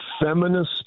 Feminist